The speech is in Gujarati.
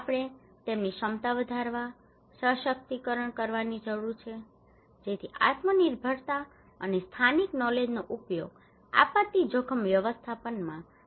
આપણે તેમની ક્ષમતા વધારવા સશક્તિકરણ કરવાની જરૂર છે જેથી આત્મનિર્ભરતા અને સ્થાનિક નોલેજનો ઉપયોગ આપત્તિ જોખમ વ્યવસ્થાપનમાં મહત્વપૂર્ણ ઘટક છે